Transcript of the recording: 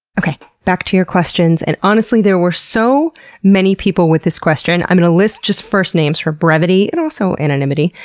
okay, back to your questions, and honestly there were so many people with this question, i'm gonna list just first names for brevity and also anonymity.